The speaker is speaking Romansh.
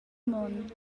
mund